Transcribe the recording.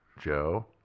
Joe